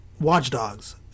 Watchdogs